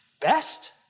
Best